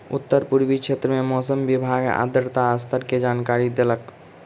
उत्तर पूर्वी क्षेत्र में मौसम विभाग आर्द्रता स्तर के जानकारी देलक